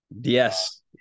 Yes